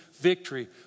victory